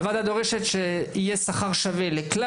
הוועדה דורשת שיהיה שכר שווה לכלל